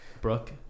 brooke